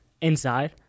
inside